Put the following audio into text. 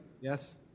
Yes